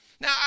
Now